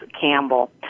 Campbell